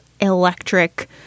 electric